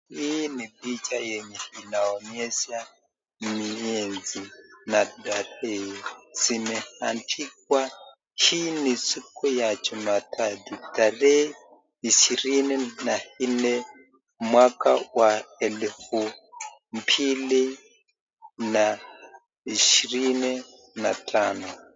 Hii ni picha yenye inaonyesha miezi na tarehe zimeandikwa, hii ni siku ya Jumatatu tarehe ishirini na nne mwaka wa elfu mbili na ishirini na tano.